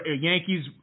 Yankees –